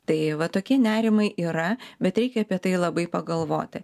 tai va tokie nerimai yra bet reikia apie tai labai pagalvoti